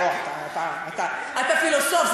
אתה פילוסוף.